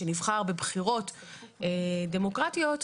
שנבחר בבחירות דמוקרטיות,